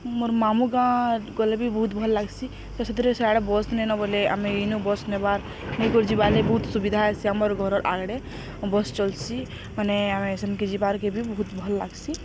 ମୋର୍ ମାମୁଁ ଗାଁ ଗଲେ ବି ବହୁତ ଭଲ୍ ଲାଗ୍ସି ତ ସେଥିରେ ସିଆଡ଼େ ବସ୍ ନେ ନ ବୋଲେ ଆମେ ଇନୁ ବସ୍ ନେବାର୍ ନେଇ କରି ଯିବାର୍ ଲେ ବହୁତ ସୁବିଧା ହେସି ଆମର୍ ଘରର ଆଡ଼େ ବସ୍ ଚଲସି ମାନେ ଆମେ ସେନ୍କେ ଯିବାର୍ କେ ବି ବହୁତ ଭଲ୍ ଲାଗ୍ସି